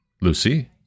Lucy